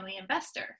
investor